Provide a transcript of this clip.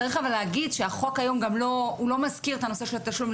אבל צריך להגיד שהחוק היום גם לא מזכיר את הנושא של התשלום,